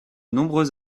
nombreux